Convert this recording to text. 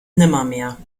nimmermehr